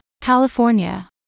California